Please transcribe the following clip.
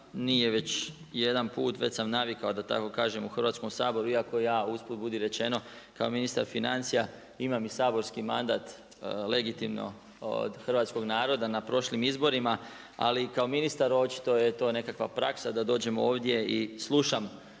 nije već jedan put, već sam navikao da tako kažem u Hrvatskom saboru, iako ja, usput biti rečeno kao ministar financija imam i saborski mandat legitimno od hrvatskog naroda na prošlim izborima ali kao ministar očito je to nekakva praksa da dođem ovdje i slušam